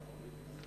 אדוני